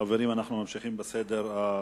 חברים, אנחנו ממשיכים בסדר-היום.